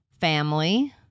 Family